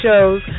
shows